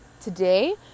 today